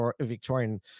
Victorian